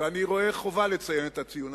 ואני רואה חובה לציין את זה,